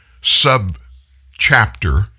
sub-chapter